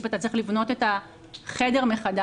אם אתה צריך לבנות את החדר מחדש,